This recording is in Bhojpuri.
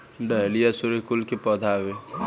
डहेलिया सूर्यकुल के पौधा हवे